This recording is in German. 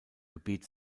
gebiet